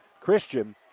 Christian